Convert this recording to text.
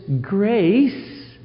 grace